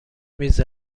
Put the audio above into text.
میز